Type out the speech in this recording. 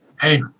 Hey